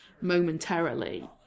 momentarily